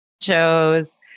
shows